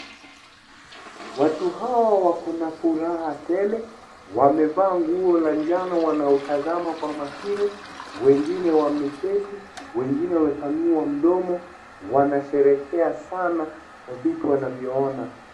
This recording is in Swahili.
Watu hawa wana furaha tele. Wamevaa ngu la njano, wanaotazama kwa makini. Wengine wameketi, wengine wamepanua mdomo, wanashereka sana vitu wanavyoona.